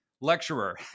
lecturer